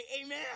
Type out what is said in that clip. amen